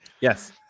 Yes